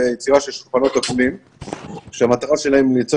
ביצירה של שולחנות עגולים שהמטרה שלהם היא לייצר